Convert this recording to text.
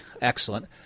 excellent